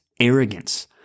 arrogance